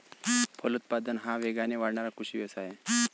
फलोत्पादन हा वेगाने वाढणारा कृषी व्यवसाय आहे